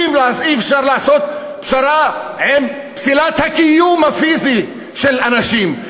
אי-אפשר לעשות פשרה עם פסילת הקיום הפיזי של אנשים.